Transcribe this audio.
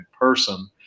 person